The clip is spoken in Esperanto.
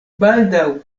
baldaŭ